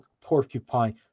porcupine